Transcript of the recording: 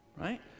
right